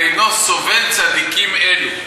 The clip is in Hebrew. ואינו סובל צדיקים אלו,